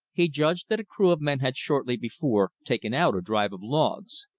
he judged that a crew of men had shortly before taken out a drive of logs.